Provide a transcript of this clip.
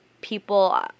people